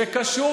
זה קשור,